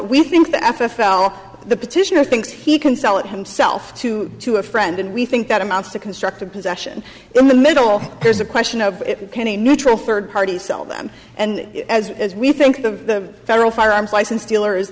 we think the f l the petitioner thinks he can sell it himself to to a friend and we think that amounts to constructive possession in the middle there's a question of can a neutral third party sell them and as we think the federal firearms licensed dealer is